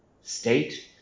state